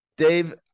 Dave